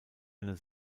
eine